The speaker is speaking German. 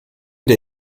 der